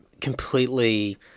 completely